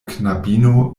knabino